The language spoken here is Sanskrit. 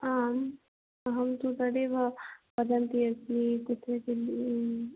आम् अहं तु तदेव वदन्ती अस्मि कुत्रचित्